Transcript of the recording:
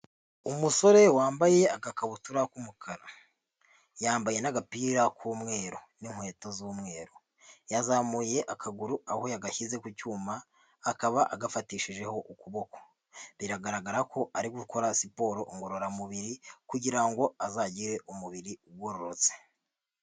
Umusore wambaye agakabutura k'umukara, yambaye n'agapira k'umweru n'inkweto z'umweru, yazamuye akaguru, aho yagashyize ku cyuma, akaba agafatishijeho ukuboko, biragaragara ko ari gukora siporo ngororamubiri kugira ngo azagire umubiri ugororotse.